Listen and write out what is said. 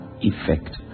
effect